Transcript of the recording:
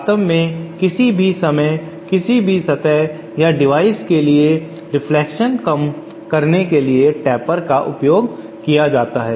वास्तव में किसी भी समय किसी भी सतह या डिवाइस पर एक रिफ्लेक्शन प्रतिबिंब कम करने के लिए टेपर का उपयोग किया जाता है